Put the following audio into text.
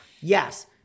Yes